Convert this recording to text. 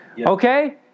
Okay